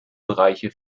bereiche